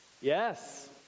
Yes